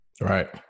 Right